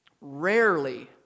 Rarely